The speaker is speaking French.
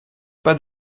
pas